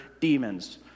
demons